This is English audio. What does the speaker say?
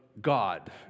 God